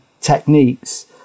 techniques